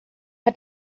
hat